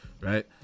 right